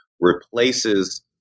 replaces